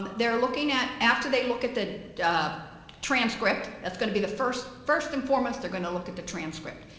they're looking at after they look at the transcript that's going to be the first first and foremost they're going to look at the transcript